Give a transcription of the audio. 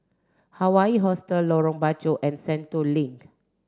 Hawaii Hostel Lorong Bachok and Sentul Link